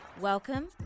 Welcome